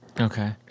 Okay